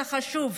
זה חשוב.